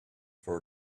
for